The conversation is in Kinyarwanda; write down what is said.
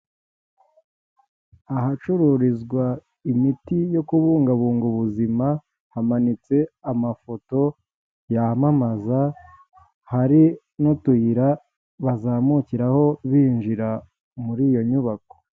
Ahacururizwa imiti yo kubungabunga ubuzima hamanitse amafoto yamamaza, hari n'utuyira bazamukiraho binjira muri iyo nyubako.